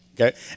okay